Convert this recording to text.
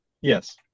Yes